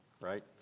right